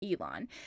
Elon